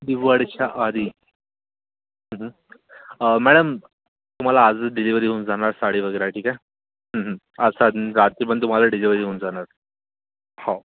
दिवाळीच्या आधी मॅडम तुम्हाला आजच डिलिव्हरी होऊन जाणार साडी वगैरा ठीक आहे आज सात रात्रीपर्यंत तुम्हाला डिलिवरी होऊन जाणार हो